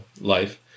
life